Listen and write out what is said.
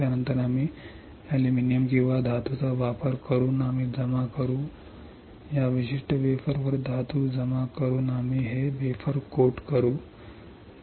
त्यानंतर आम्ही अॅल्युमिनियम किंवा धातूचा वापर करून आम्ही जमा करू आम्ही जमा करू या विशिष्ट वेफरवर धातू जमा करून आम्ही हे वेफर कोट करू